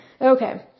Okay